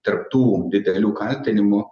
tarp tų didelių kaltinimų